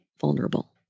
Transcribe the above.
vulnerable